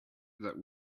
that